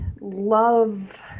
love